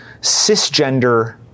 cisgender